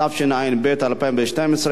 התשע"ב 2012,